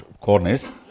corners